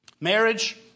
Marriage